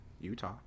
Utah